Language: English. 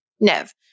Nev